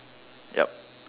yup